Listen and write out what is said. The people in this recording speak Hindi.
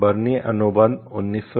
बर्न अनुबंध 1971